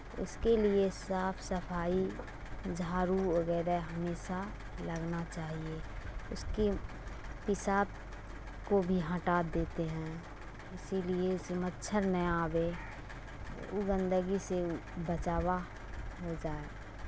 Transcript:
اس کے لیے صاف صفائی جھاڑو وغیرہ ہمیشہ لگنا چاہیے اس کے پیشاب کو بھی ہٹا دیتے ہیں اسی لیے اسے مچھر نہ آوے وہ گندگی سے بچاوا ہو جائے